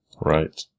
Right